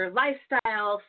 lifestyle